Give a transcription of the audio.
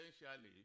essentially